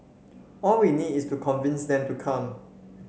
all we need is to convince them to come